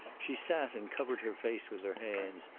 she sat and covered her face with her hands,